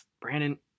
Brandon